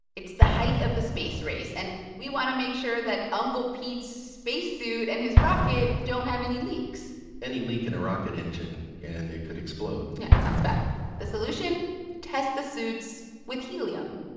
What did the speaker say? it's the height of the space race, and we want to make sure that uncle pete's spacesuit and his rocket don't have any leaks any leak in a rocket engine and it could explode yeah, sounds bad the solution test the suits with helium.